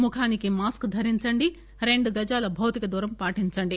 ముఖానికి మాస్క్ ధరించండి రెండు గజాల భౌతిక దూరం పాటించండి